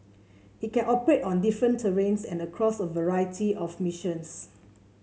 it can operate on different terrains and across a variety of missions